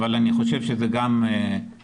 אבל אני חושב שזה גם באיסלם,